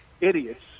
idiots